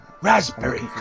raspberry